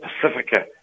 Pacifica